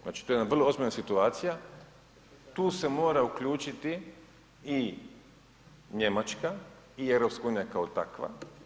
Znači to je jedna vrlo ozbiljna situacija, tu se mora uključiti i Njemačka i EU kao takva.